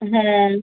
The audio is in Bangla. হ্যাঁ